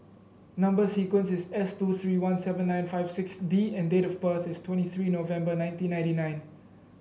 number sequence is S two three one seven nine five six D and date of birth is twenty three November nineteen ninety nine